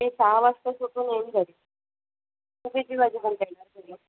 ते सहा वाजता सुटून येईन घरी तू किती वाजेपर्यंत येणार घरी